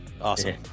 awesome